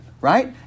right